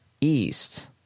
East